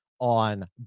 on